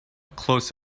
close